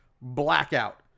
blackout